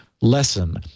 lesson